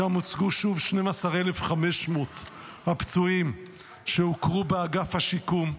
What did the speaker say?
שם הוצגו שוב 12,500 הפצועים שהוכרו באגף השיקום,